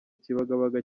kibagabaga